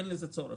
אין לזה צורך.